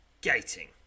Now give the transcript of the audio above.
gating